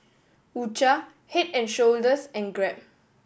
U Cha Head and Shoulders and Grab